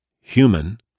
human